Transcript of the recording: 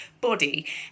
body